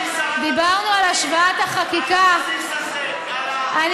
גברתי שרת המשפטים,